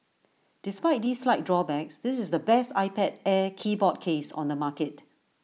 despite these slight drawbacks this is the best iPad air keyboard case on the market